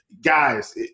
guys